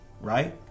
right